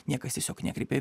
niekas tiesiog nekreipė